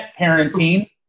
parenting